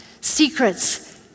Secrets